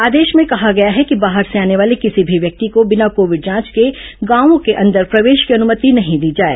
आदेश में कहा गया है कि बाहर से आने वाले किसी भी व्यक्ति को बिना कोविड जांच के गांवों के अंदर प्रवेश की अनुमति नहीं दी जाए